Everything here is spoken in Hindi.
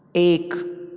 एक